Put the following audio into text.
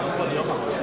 בבקשה.